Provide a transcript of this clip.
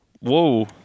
Whoa